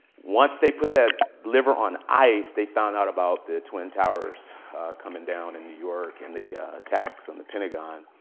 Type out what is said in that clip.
once they put that liver on ice, they found out about the twin towers coming down in new york and the attacks on the pentagon.